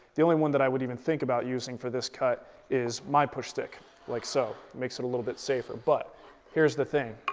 the only one that i would even think about using for this cut is my push stick like so, makes it a little bit safer. but here's the thing.